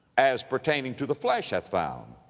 as pertaining to the flesh, hath found?